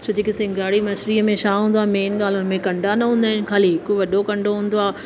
छो जेको सिंगाड़ी मछलीअ में छा हूंदो आहे मेन ॻाल्हि हुनमें कंडा न हूंदा आहिनि ख़ाली हिकु वॾो कंडो हूंदो आहे